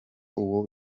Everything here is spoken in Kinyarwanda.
uwo